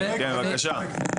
כן, בבקשה.